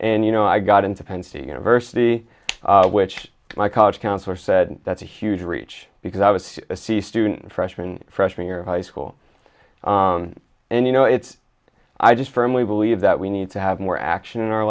and you know i got into penn state university which my college counselor said that's a huge reach because i was a c student freshman freshman year of high school and you know it's i just firmly believe that we need to have more action in our